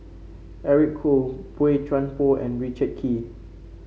Eric Khoo Boey Chuan Poh and Richard Kee